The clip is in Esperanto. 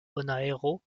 bonaero